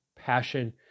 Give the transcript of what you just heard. passion